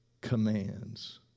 commands